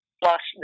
plus